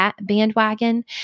bandwagon